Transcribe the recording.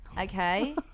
Okay